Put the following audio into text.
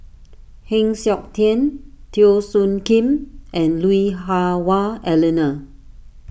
Heng Siok Tian Teo Soon Kim and Lui Hah Wah Elena